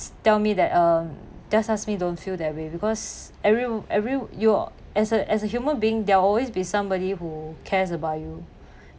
tell me that uh just ask me don't feel that way because every every you're as a as a human being there will always be somebody who cares about you